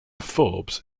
forbes